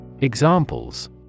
Examples